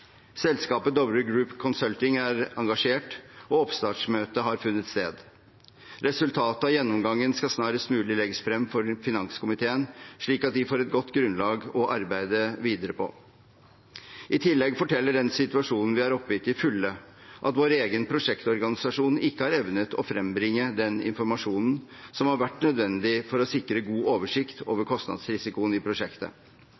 Selskapet Dovre Group Consulting er engasjert, og oppstartsmøtet har funnet sted. Resultatet av gjennomgangen skal snarest mulig legges frem for finanskomiteen, slik at den får et godt grunnlag å arbeide videre på. I tillegg forteller den situasjonen vi er oppe i, til fulle at vår egen prosjektorganisasjon ikke har evnet å frembringe den informasjonen som har vært nødvendig for å sikre god oversikt